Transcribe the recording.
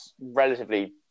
relatively